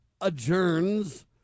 adjourns